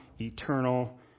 eternal